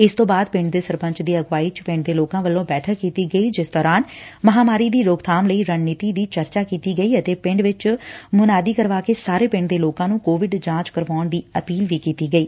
ਇਸ ਤੋ ਬਾਅਦ ਪਿੰਡ ਦੇ ਸਰਪੰਚ ਦੀ ਅਗਵਾਈ ਚ ਪਿੰਡ ਦੇ ਲੋਕਾ ਵੱਲੋ ਬੈਠਕ ਕੀਤੀ ਗਈ ਜਿਸ ਦੌਰਾਨ ਮਹਾਂਮਾਰੀ ਦੀ ਰੋਕਬਾਮ ਲਈ ਰਣਨੀਤੀ ਦੀ ਚਰਚਾ ਕੀਤੀ ਗਈ ਅਤੇ ਪਿੰਡ ਵਿਚ ਮੁਨਾਈ ਕਰਵਾ ਕੇ ਸਾਰੇ ਪਿੰਡ ਦੇ ਲੋਕਾਂ ਨੂੰ ਕੋਵਿਡ ਜਾਂਚ ਕਰਾਉਣ ਦੀ ਅਪੀਲ ਕੀਤੀ ਗਈ